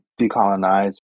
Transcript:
decolonize